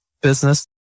business